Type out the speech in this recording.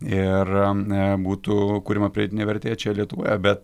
ir būtų kuriama pridėtinė vertė čia lietuvoje bet